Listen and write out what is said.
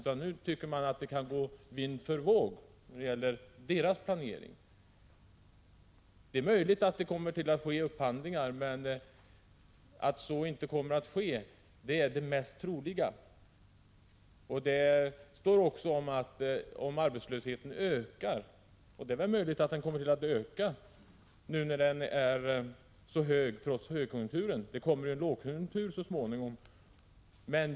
De tycker att folkhögskolornas planering nu kan tillåtas gå vind för våg. Det är möjligt att det kommer att göras upphandlingar, men det mest troliga är att så inte kommer att ske. Man skriver vidare om att arbetslösheten kommer att öka. Det är också möjligt att så kommer att bli fallet med tanke på att arbetslösheten nu är så stor trots högkonjunkturen. Det kommer ju så småningom en lågkonjunktur.